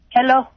Hello